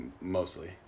mostly